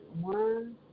one